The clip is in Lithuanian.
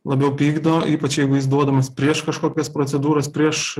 labiau pykdo ypač jeigu jis duodamas prieš kažkokias procedūras prieš